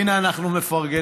הינה, אנחנו מפרגנים.